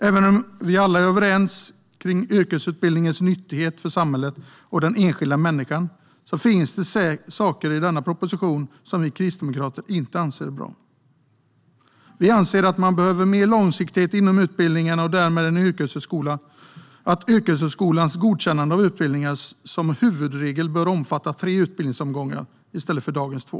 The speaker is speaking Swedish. Även om vi alla är överens om yrkesutbildningens nytta för samhället och för den enskilda människan finns det saker i denna proposition som vi kristdemokrater inte anser är bra. Vi anser att man behöver mer långsiktighet inom utbildningarna. Yrkeshögskolans godkännande av utbildning bör som huvudregel omfatta tre utbildningsomgångar i stället för dagens två.